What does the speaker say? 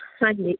ਹਾਂਜੀ